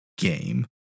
Game